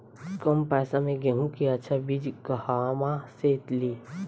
कम पैसा में गेहूं के अच्छा बिज कहवा से ली?